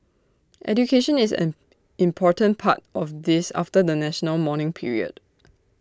education is an important part of this after the national mourning period